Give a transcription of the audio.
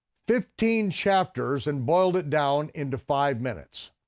fifteen chapters and boiled it down into five minutes.